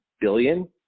billion